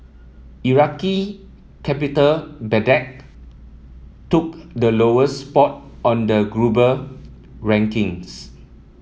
Iraqi capital Baghdad took the lowest spot on the global rankings